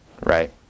right